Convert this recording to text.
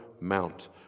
mount